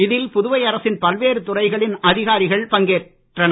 இதில் புதுவை அரசின் பல்வேறு துறைகளின் அதிகாரிகள் பங்கேற்றனர்